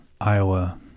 Iowa